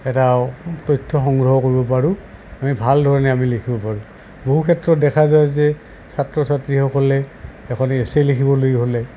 এটা তথ্য সংগ্ৰহ কৰিব পাৰোঁ আমি ভাল ধৰণে আমি লিখিব পাৰোঁ বহু ক্ষেত্ৰত দেখা যায় যে ছাত্ৰ ছাত্ৰীসকলে এখন এছে লিখিবলৈ হ'লে